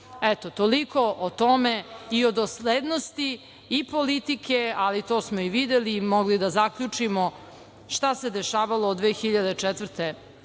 Eto, toliko o tome i o doslednosti i politike, ali to smo i videli i mogli da zaključimo šta se dešavalo 2004. godine,